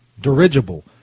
Dirigible